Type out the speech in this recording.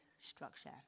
structure